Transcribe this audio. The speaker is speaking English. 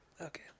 Okay